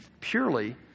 purely